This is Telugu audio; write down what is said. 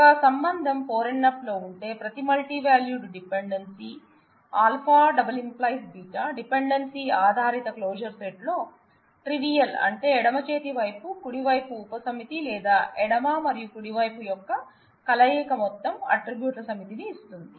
ఒక సంబంధం 4 NF లో ఉంటే ప్రతి మల్టీవాల్యూడ్ డిపెండెన్సీ α→→β డిపెండెన్సీ ఆధారిత క్లోజర్ సెట్ లో ట్రివియల్ అంటే ఎడమ చేతి వైపు కుడి వైపు ఉపసమితి లేదా ఎడమ మరియు కుడి వైపు యొక్క కలయిక మొత్తం అట్ట్రిబ్యూట్ల సమితిని ఇస్తుంది